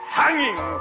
hanging